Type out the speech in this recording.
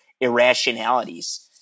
irrationalities